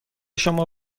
شما